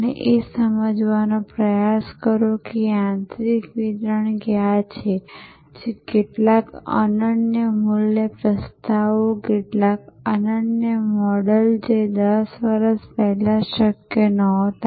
અને એ સમજવાનો પ્રયાસ કરો કે યાંત્રિક વિતરણ કયા છે જે કેટલાક અનન્ય મૂલ્ય પ્રસ્તાવો કેટલાક અનન્ય મોડેલો જે 10 વર્ષ પહેલાં શક્ય નહોતા